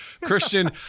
Christian